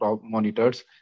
monitors